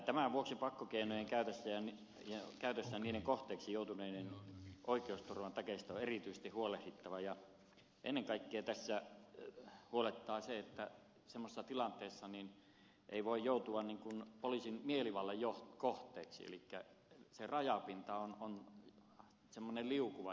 tämän vuoksi pakkokeinojen käytössä niiden kohteeksi joutuneiden oikeusturvan takeista on erityisesti huolehdittava ja ennen kaikkea tässä huolettaa se että semmoisessa tilanteessa ei voi joutua poliisin mielivallan kohteeksi elikkä se rajapinta on semmoinen liukuva